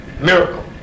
Miracle